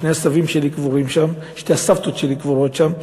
שני הסבים שלי קבורים שם ושתי הסבתות שלי קבורות שם.